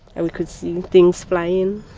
and we could see things flying.